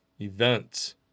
events